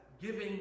giving